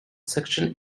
section